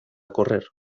correr